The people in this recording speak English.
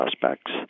suspects